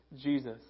Jesus